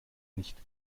nicht